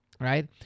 Right